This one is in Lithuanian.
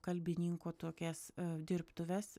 kalbininko tokias dirbtuves